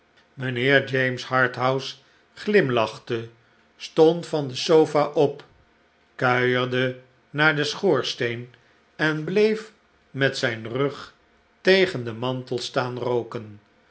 mijnheer james harthouse glimlachte stond van de sofa op kuierde naar den schoorsteen en bleef met zijn rug tegen den mantel staan rooken